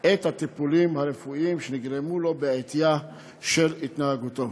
את הטיפולים הרפואיים שנגרמו לו בעטייה של התנהגותו".